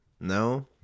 no